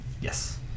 Yes